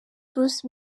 bruce